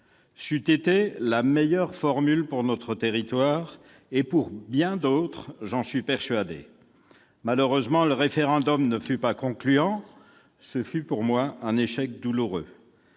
persuadé, la meilleure formule pour notre territoire et pour bien d'autres. Malheureusement, le référendum ne fut pas concluant. Ce fut pour moi un échec douloureux